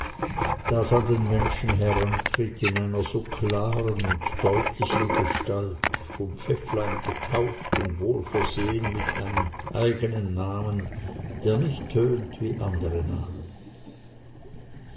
das an den menschen herantritt in einer so klaren und deutlichen gestalt vom pfäfflein getauft und wohlversehen mit einem eigenen namen der nicht tönt wie andere namen